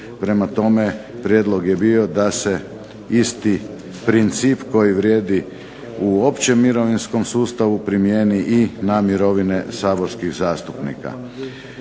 Prema tome, prijedlog je bio da se isti princip koji vrijedi u općem mirovinskom sustavu primijeni i na mirovine saborskih zastupnika.